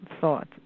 thoughts